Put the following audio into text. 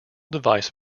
device